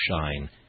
shine